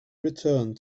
returned